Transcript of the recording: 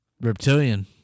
Reptilian